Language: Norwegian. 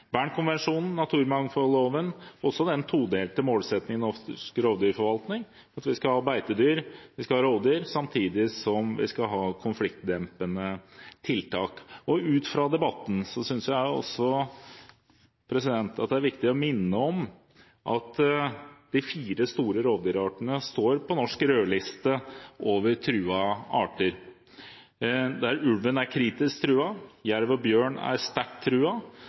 naturmangfoldloven og også den todelte målsettingen til norsk rovdyrforvaltning om at vi skal ha beitedyr og rovdyr, samtidig som vi skal ha konfliktdempende tiltak. Ut fra debatten synes jeg også at det er viktig å minne om at de fire store rovdyrartene står på Norsk rødliste over truede arter, der ulven er kritisk truet, jerv og bjørn er sterkt